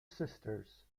sisters